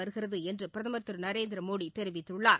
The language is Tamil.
வருகிறது என்று பிரதமர் திரு நரேந்திர மோடி தெரிவித்துள்ளார்